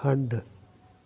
हंधु